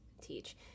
teach